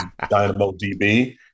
DynamoDB